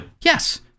Yes